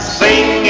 sing